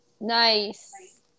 Nice